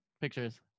Pictures